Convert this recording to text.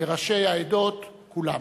וראשי העדות כולם,